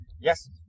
Yes